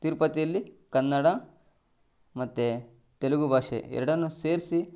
ತಿರುಪತಿಯಲ್ಲಿ ಕನ್ನಡ ಮತ್ತು ತೆಲುಗು ಭಾಷೆ ಎರಡನ್ನೂ ಸೇರಿಸಿ